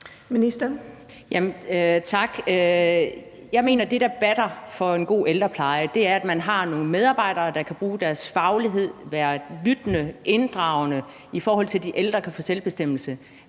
Jeg mener, at det, der batter i forhold til en god ældrepleje, er, at man har nogle medarbejdere, der kan bruge deres faglighed og være lyttende og inddragende, i forhold til at de ældre kan få selvbestemmelse